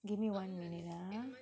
give me one minute ah